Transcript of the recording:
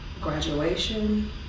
graduation